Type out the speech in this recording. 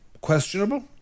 questionable